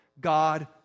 God